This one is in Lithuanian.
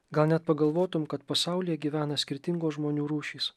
gal net pagalvotum kad pasaulyje gyvena skirtingos žmonių rūšys